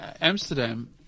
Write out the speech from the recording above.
Amsterdam